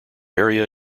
area